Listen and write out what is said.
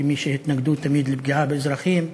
כמי שתמיד התנגדו לפגיעה באזרחים.